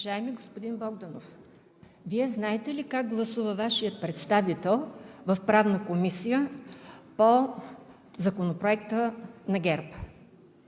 Вие знаете ли как гласува Вашият представител в Правна комисия по Законопроекта на ГЕРБ?